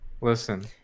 listen